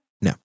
No